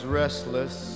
restless